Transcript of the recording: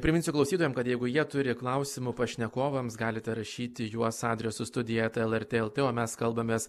priminsiu klausytojam kad jeigu jie turi klausimų pašnekovams galite rašyti juos adresu studija eta lrt lt o mes kalbamės